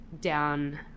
down